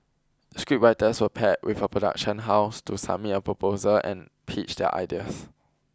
scriptwriters were paired with a production house to submit a proposal and pitch their ideas